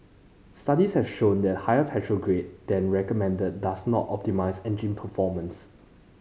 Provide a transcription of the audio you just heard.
studies have shown that using a higher petrol grade than recommended does not optimise engine performance